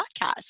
podcast